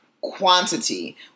quantity